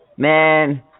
Man